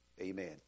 amen